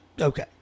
okay